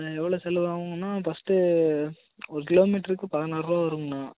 எவ்வளோ செலவாகுன்னால் ஃபஸ்ட்டு ஒரு கிலோமீட்டருக்கு பதினோறுருபா வருங்கண்ணா